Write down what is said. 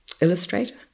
illustrator